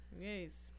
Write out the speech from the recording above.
Yes